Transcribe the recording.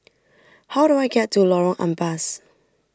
how do I get to Lorong Ampas